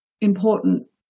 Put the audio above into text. important